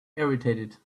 irritated